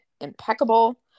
impeccable